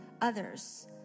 others